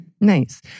Nice